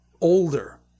older